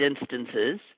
instances